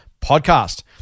podcast